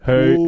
Hey